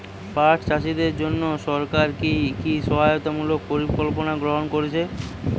পাট চাষীদের জন্য সরকার কি কি সহায়তামূলক পরিকল্পনা গ্রহণ করেছে?